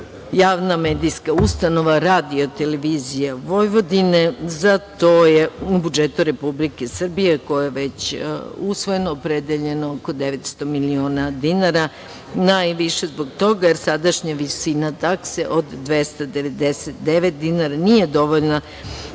javna medijska ustanova, RTV. Za to je u budžetu Republike Srbije koji je već usvojen, opredeljeno oko 900 miliona dinara. Najviše zbog toga jer sadašnja visina takse od 299 dinara nije dovoljna